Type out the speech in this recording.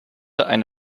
eine